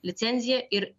licenziją ir